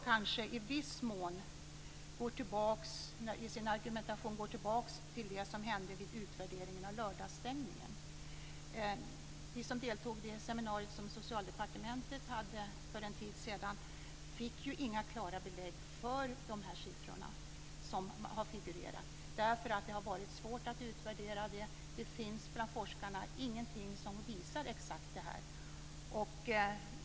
Kenneth Johansson går i sin argumentation tillbaks till det som hände vid utvärderingen av lördagsstängningen. Vi som deltog vid det seminarium som Socialdepartementet arrangerade för en tid sedan fick inga klara belägg för de siffror som har figurerat. Det har varit svårt att utvärdera dem. Forskarna har inte kunnat visa på någonting.